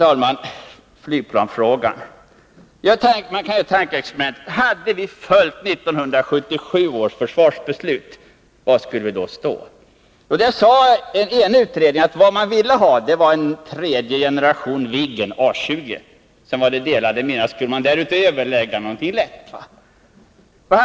Så flygplansfrågan, fru talman! Man kan göra tankeexperimentet att vi följt 1977 års försvarsbeslut. Var skulle vi då ha stått? En enig utredning sade att vad man ville ha var en tredje generation Viggen, A 20. Sedan var det delade meningar om huruvida man därutöver skulle ha något lätt flygplan.